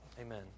Amen